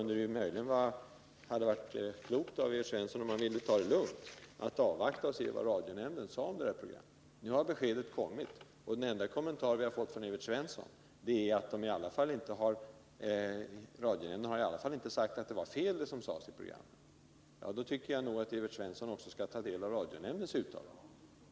Det hade varit klokt om Evert Svensson hade tagit det litet lugnt och avvaktat radionämndens beslut om programmet. Nu har radionämndens utslag kommit, men den enda kommentar vi har fått från Evert Svensson är att radionämnden i varje fall inte har uttalat att det som sades i programmet var fel. Evert Svensson borde nog ta del av radionämndens uttalande.